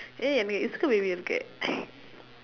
eh எனக்கு:enakku இருக்கு:irukku